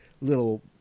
little